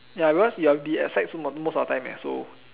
ya because you'll be at site most of the time so